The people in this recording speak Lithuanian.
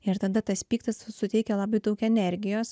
ir tada tas pyktis suteikia labai daug energijos